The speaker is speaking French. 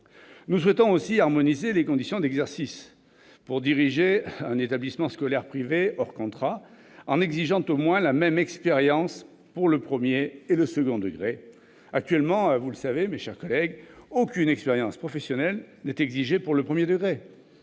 Nous souhaitons aussi harmoniser les conditions d'exercice prévues pour diriger un établissement scolaire privé hors contrat en exigeant au moins la même expérience pour le premier et second degré. Actuellement, vous le savez, mes chers collègues, aucune expérience professionnelle n'est exigée pour le premier degré-